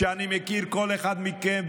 שאני מכיר כל אחד מכם,